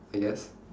I guess